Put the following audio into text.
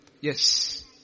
Yes